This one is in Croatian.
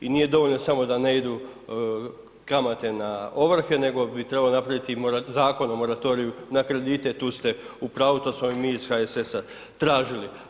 I nije dovoljno samo da ne idu kamate na ovrhe nego bi trebalo napraviti zakon o moratoriju na kredite, tu ste u pravu, to smo i mi iz HSS-a tražili.